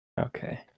Okay